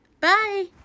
Bye